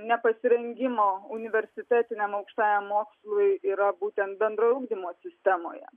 nepasirengimo universitetiniam aukštajam mokslui yra būtent bendrojo ugdymo sistemoje